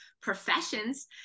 professions